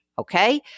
Okay